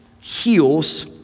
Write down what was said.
heals